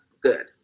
good